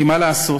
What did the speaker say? כי, מה לעשות,